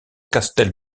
castel